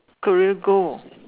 Korea go